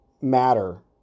matter